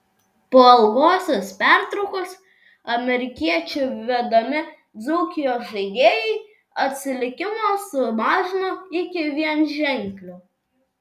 po ilgosios pertraukos amerikiečių vedami dzūkijos žaidėjai atsilikimą sumažino iki vienženklio